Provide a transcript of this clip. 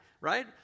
right